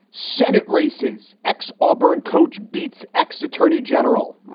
senate races. ex allburn coach beats ex attorney general.